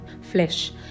flesh